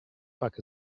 fuck